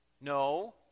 no